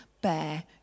bear